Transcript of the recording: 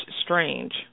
strange